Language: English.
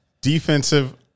Defensive